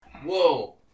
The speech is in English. Whoa